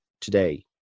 today